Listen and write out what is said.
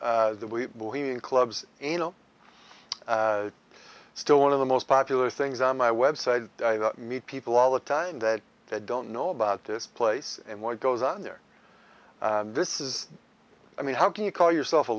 of that we believe in clubs still one of the most popular things on my website i meet people all the time that don't know about this place and what goes on there this is i mean how can you call yourself a